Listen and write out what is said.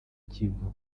kivu